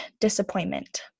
disappointment